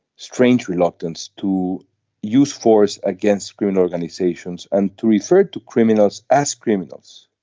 strange reluctance to use force against criminal organizations and to refer to criminals as criminals.